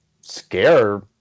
scare